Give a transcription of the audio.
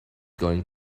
going